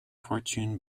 fortune